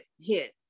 hit